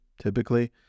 typically